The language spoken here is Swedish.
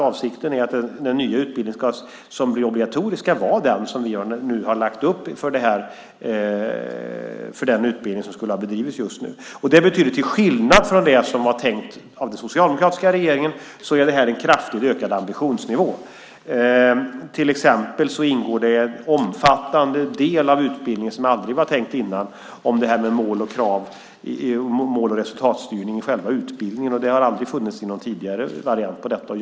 Avsikten är att den nya utbildningen, som blir obligatorisk, ska vara den som vi nu har lagt upp och som just nu skulle ha bedrivits. Det betyder en kraftigt ökad ambitionsnivå, till skillnad från det som den socialdemokratiska regeringen hade tänkt. Exempelvis ingår en omfattande del om mål och resultatstyrning i själva utbildningen, och det har aldrig funnits med i någon tidigare variant av utbildningen.